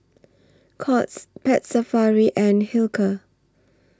Courts Pets Safari and Hilker